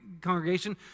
congregation